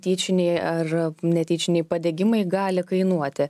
tyčiniai ar netyčiniai padegimai gali kainuoti